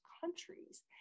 countries